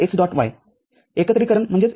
y एकत्रीकरण x